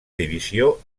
divisió